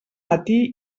matí